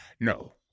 No